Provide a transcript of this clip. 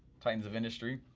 titans of industry.